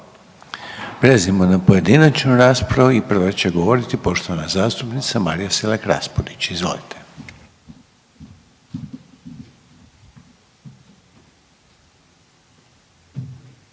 Prelazimo na pojedinačnu raspravu i prva će govoriti poštovana zastupnica Marija SElak Raspudić. Izvolite.